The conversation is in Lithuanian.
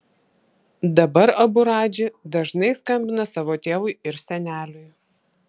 dabar abu radži dažnai skambina savo tėvui ir seneliui